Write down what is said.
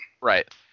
Right